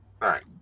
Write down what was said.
Right